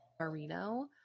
Marino